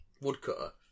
woodcutter